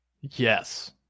Yes